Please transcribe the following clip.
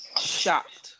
shocked